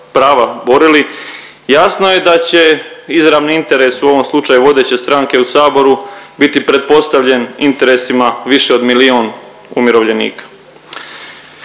jasno je da će izravni interes u ovom slučaju vodeće stranke u saboru biti pretpostavljen interesima više od milijun umirovljenika.